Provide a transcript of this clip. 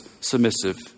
submissive